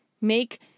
Make